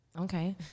Okay